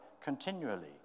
continually